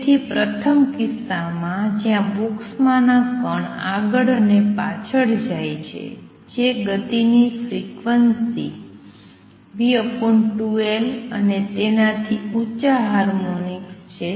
તેથી પ્રથમ કિસ્સામાં જ્યાં બોક્સમાંના કણ આગળ અને પાછળ જાય છે જે ગતિ ની ફ્રિક્વન્સી v2L અને તેના થી ઉંચા હાર્મોનિક્સ શામેલ છે